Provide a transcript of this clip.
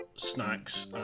snacks